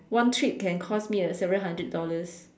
one trip can cause me several hundred dollars